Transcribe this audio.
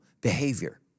behavior